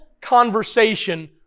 conversation